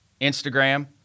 Instagram